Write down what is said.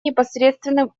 непосредственным